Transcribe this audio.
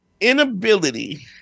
inability